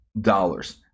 dollars